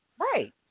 Right